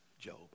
Job